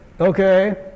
okay